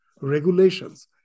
regulations